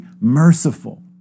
merciful